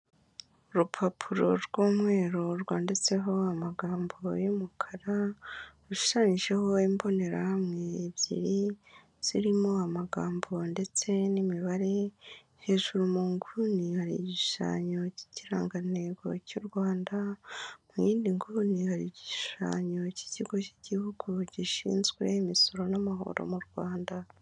Urupapuro rw'umweru rwanditseho amagambo y'umukara ushushanyijeho imbonerahamwe ebyiri zirimo amagambo ndetse n'imibare, hejuru mu nguni hari igishushanyo cy'ikirangantego cy'u Rwanda, mu yindi nguni hari igishushanyo cy'ikigo cy'igihugu gishinzwe imisoro n'amahoro mu Rwanda.